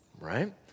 right